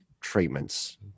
treatments